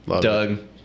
Doug